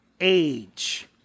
age